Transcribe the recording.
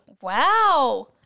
Wow